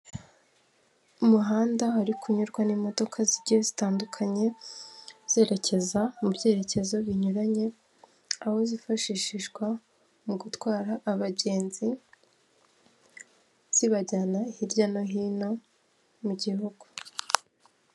Umuhanda uri kunyurwa n'imodoka zigiye zitandukanye, zerekeza mu byerekezo binyuranye, aho zifashishishwa mu gutwara abagenzi zibajyana hirya no hino mu gihugu.